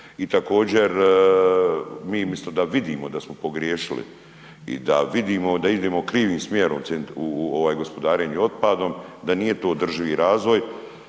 i također mi umjesto da vidimo da smo pogriješili i da vidimo da idemo krivim smjerom u gospodarenju otpadom, da nije to održivi razvoj,